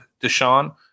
Deshaun